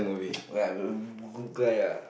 we are we good guy ah